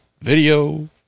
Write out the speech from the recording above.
video